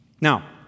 Now